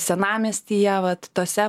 senamiestyje vat tose